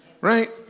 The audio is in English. Right